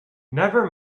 never